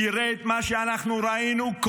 תראה את מה שאנחנו ראינו,